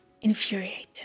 infuriated